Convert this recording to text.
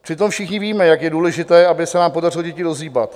Přitom všichni víme, jak je důležité, aby se nám podařilo děti rozhýbat.